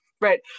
right